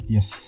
Yes